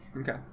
Okay